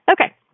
Okay